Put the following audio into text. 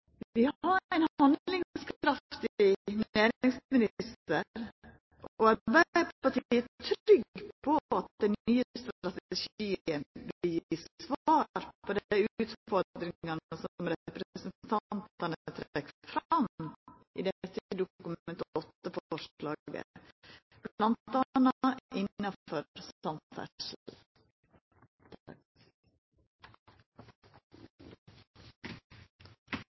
Vi har ein handlingskraftig næringsminister, og Arbeidarpartiet er trygg på at den nye strategien vil gi svar på dei utfordringane som representantane trekkjer fram i